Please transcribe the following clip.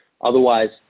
Otherwise